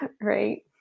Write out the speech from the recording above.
Right